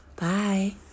Bye